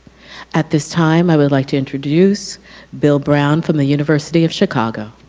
at this time i would like to introduce bill brown from the university of chicago.